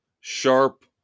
sharp